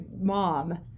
mom